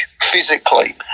physically